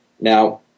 Now